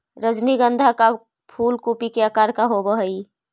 रजनीगंधा का फूल कूपी के आकार के होवे हई